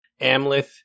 Amleth